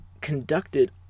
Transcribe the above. conducted